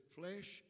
flesh